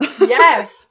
Yes